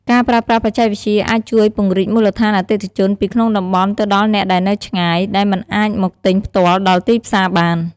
ការប្រើប្រាស់បច្ចេកវិទ្យាអាចជួយពង្រីកមូលដ្ឋានអតិថិជនពីក្នុងតំបន់ទៅដល់អ្នកដែលនៅឆ្ងាយ ដែលមិនអាចមកទិញផ្ទាល់ដល់ទីផ្សារបាន។